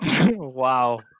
Wow